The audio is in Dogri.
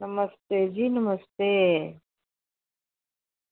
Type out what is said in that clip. नमस्ते जी नमस्ते